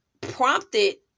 prompted